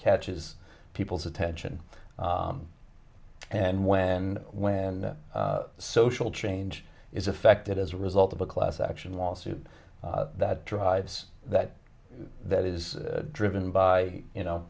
catches people's attention and when when social change is affected as a result of the class action lawsuit that drives that that is driven by you know